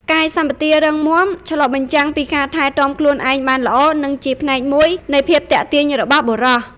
កាយសម្បទារឹងមាំឆ្លុះបញ្ចាំងពីការថែទាំខ្លួនឯងបានល្អ និងជាផ្នែកមួយនៃភាពទាក់ទាញរបស់បុរស។